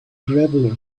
gravel